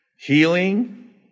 Healing